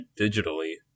digitally